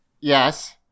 Yes